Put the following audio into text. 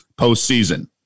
postseason